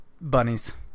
bunnies